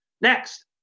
Next